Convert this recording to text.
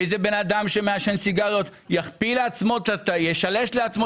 איזה בן אדם שמעשן סיגריות ישלש לעצמו